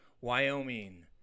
Wyoming